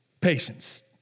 Patience